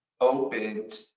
opened